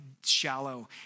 shallow